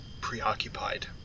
preoccupied